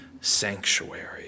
sanctuary